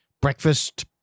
breakfast